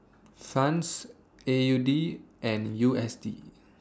Franc A U D and U S D